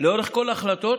לאורך כל ההחלטות